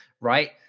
right